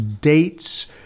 dates